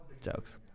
Jokes